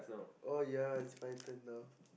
oh ya it's my turn now